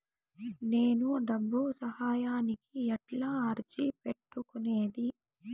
నేను డబ్బు సహాయానికి ఎట్లా అర్జీ పెట్టుకునేది?